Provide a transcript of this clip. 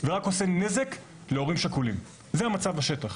זה רק עושה נזק להורים שכולים זה המצב בשטח.